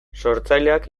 sortzaileak